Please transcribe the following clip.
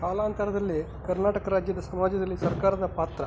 ಕಾಲಾಂತರದಲ್ಲಿ ಕರ್ನಾಟಕ ರಾಜ್ಯದ ಸಮಾಜದಲ್ಲಿ ಸರ್ಕಾರದ ಪಾತ್ರ